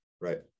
Right